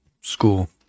School